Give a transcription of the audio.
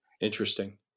Interesting